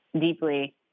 deeply